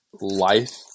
life